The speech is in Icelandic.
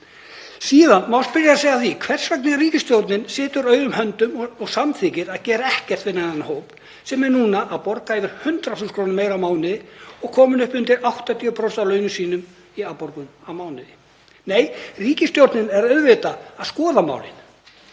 Síðan má spyrja sig hvers vegna ríkisstjórnin situr auðum höndum og samþykkir að gera ekkert fyrir þennan hóp sem er núna að borga yfir 100.000 kr. meira á mánuði og kominn upp undir 80% af launum sínum í afborgun á mánuði. Nei, ríkisstjórnin er auðvitað að skoða málin,